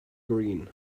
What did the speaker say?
green